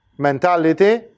mentality